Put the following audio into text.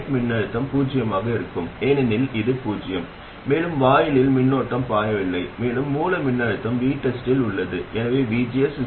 நாங்கள் அந்த விஷயங்களைப் பற்றி விவாதிக்க மாட்டோம் ஆனால் இந்த மின்னழுத்தம் கட்டுப்படுத்தப்பட்ட தற்போதைய மூலமானது பல்வேறு வகையான செயல்பாடுகளை உங்களுக்கு வழங்க பல்வேறு சுமைகளுடன் பயன்படுத்தப்படலாம்